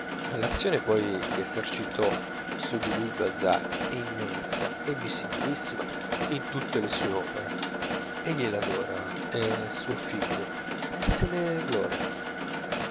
l'azione poi che esercitò su di lui il balzac è immensa e visibilissima in tutte le sue opere egli l'adora è suo figlio e se ne gloria